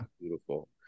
Beautiful